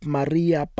Maria